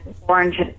orange